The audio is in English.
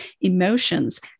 emotions